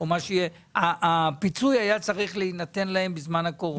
מה זה "כמה ימים"?